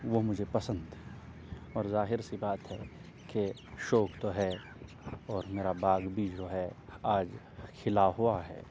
وہ مجھے پسند تھے اور ظاہر سی بات ہے کہ شوق تو ہے اور میرا باغ بھی جو ہے آج کھلا ہوا ہے